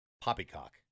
poppycock